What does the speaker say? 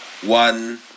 One